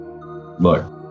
look